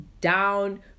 down